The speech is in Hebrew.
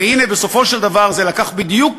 והנה, בסופו של דבר, זה לקח בדיוק